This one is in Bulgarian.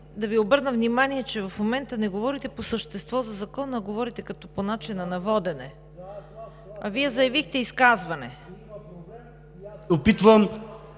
да Ви обърна внимание, че в момента не говорите по същество за Закона, а говорите като по начина на водене, а Вие заявихте изказване. ПАВЕЛ